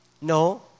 No